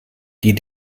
die